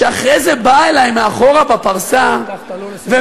שאחרי זה באה אלי מאחורה בפרסה ומחייכת,